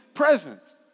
presence